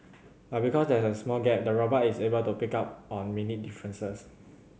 but because there is a small gap the robot is able to pick up on minute differences